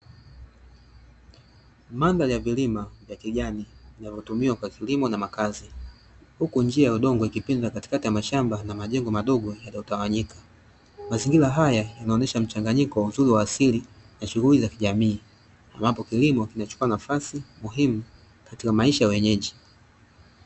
Mandhari ya vilima vya kijani vinavyotumiwa kwa kilimo na makazi, huku njia ya udongo ikipinda katikati ya mashamba na majengo madogo yaliyotawanyika. Mazingira haya yanaonyesha mchanganyiko wa uzuri wa asili na shughuli za kijamiii ambapo kilimo kinachukua nafasi muhimu katika maisha ya wenyeji.